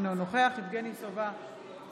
אינו נוכח יבגני סובה,